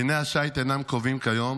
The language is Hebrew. דיני השיט אינם קובעים כיום